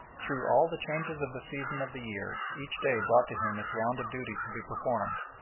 through all the changes of the seasons of the year each day brought to him its round of duties to be performed,